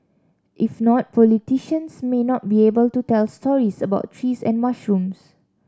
if not politicians may not be able to tell stories about trees and mushrooms